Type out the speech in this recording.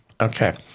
Okay